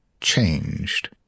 changed